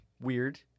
weird